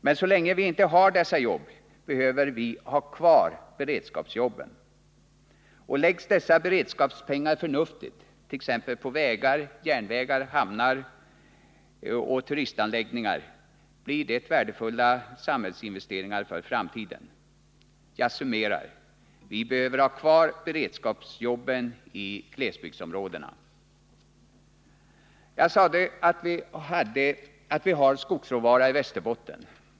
Men så länge vi inte har dessa jobb behöver vi ha kvar beredskapsjobben. Och läggs dessa beredskapspengar förnuftigt, t.ex. på vägar, järnvägar, hamnar och turistanläggningar, blir det värdefulla samhällsinvesteringar för framtiden. Jag summerar: Vi behöver ha kvar beredskapsjobben i glesbygdsområdena. Jag sade att vi har skogsråvara i Västerbotten.